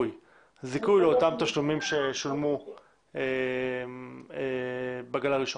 זיכוי לאותם תשלומים ששולמו בגל הראשון.